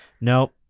No